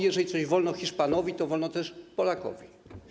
Jeżeli coś wolno Hiszpanowi, to wolno też Polakowi.